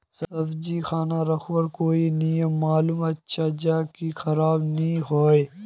सब्जी खान रखवार कोई नियम मालूम अच्छा ज की खराब नि होय?